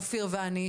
אופיר כץ ואני,